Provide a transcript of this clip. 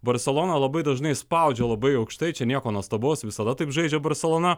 barselona labai dažnai spaudžiu labai aukštai čia nieko nuostabaus visada taip žaidžia barselona